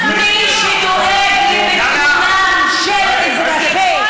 מי שדואג לביטחונם של אזרחי,